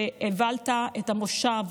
שהובלת את המושב